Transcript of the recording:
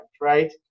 right